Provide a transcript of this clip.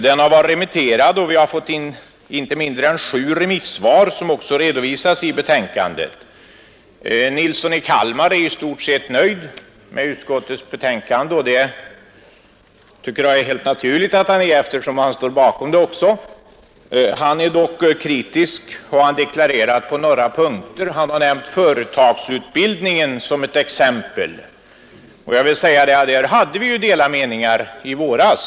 Den har varit remitterad, och vi har fått in inte mindre än sju remissvar, som redovisas i betänkandet. Herr Nilsson i Kalmar är i stort sett nöjd med utskottets betänkande, och det tycker jag är helt naturligt eftersom han också står bakom det. Han är dock kritisk, har han deklarerat, på några punkter, och han har nämnt företagsutbildningen som ett exempel. Därom rådde det ju inom utskottet delade meningar i våras.